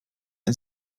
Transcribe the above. and